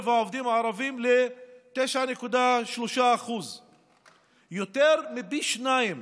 העובדים הערבים ל-9.3% יותר מפי שניים